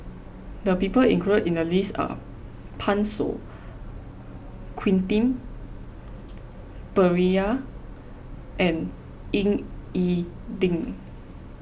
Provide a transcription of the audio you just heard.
the people included in the list are Pan Shou Quentin Pereira and Ying E Ding